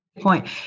point